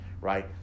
right